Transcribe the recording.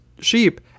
sheep